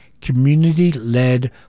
community-led